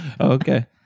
Okay